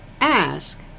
ask